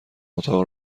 اتاق